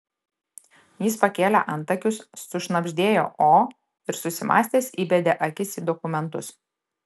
jis pakėlė antakius sušnabždėjo o ir susimąstęs įbedė akis į dokumentus